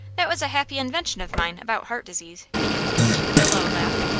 that was a happy invention of mine, about heart disease, he continued, with a low laugh.